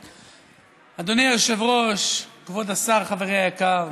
אדוני היושב-ראש, כבוד השר, חברי היקר,